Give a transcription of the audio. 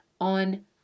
on